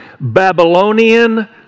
Babylonian